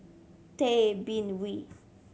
Tay Bin Wee